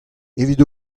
evit